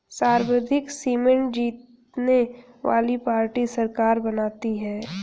सर्वाधिक सीटें जीतने वाली पार्टी सरकार बनाती है